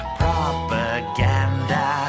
propaganda